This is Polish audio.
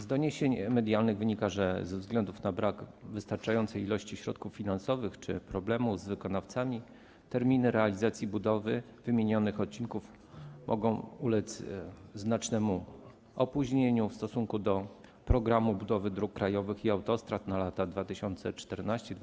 Z doniesień medialnych wynika, że ze względu na brak wystarczającej ilości środków finansowych czy problem z wykonawcami terminy realizacji budowy wymienionych odcinków mogą ulec znacznemu opóźnieniu w stosunku do programu budowy dróg krajowych i autostrad na lata 2014–2023.